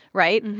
right?